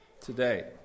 today